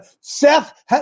Seth